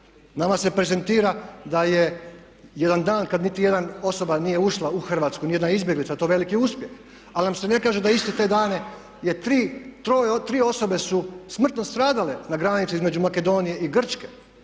Nama se prezentira da je jedan dan kad niti jedna osoba nije ušla u Hrvatsku, ni jedna izbjeglica to veliki uspjeh. Ali nam se ne kaže da iste te dane je tri, tri osobe su smrtno stradale na granici između Makedonije i Grčke,